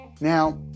Now